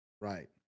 Right